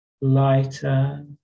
lighter